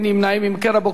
רבותי,